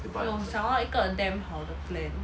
no some more 要有一个好的 plan